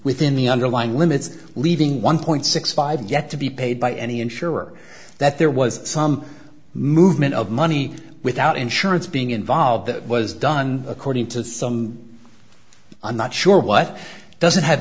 within the underlying limits leaving one point six five and yet to be paid by any insurer that there was some movement of money without insurance being involved that was done according to some i'm not sure what doesn't have